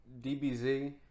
DBZ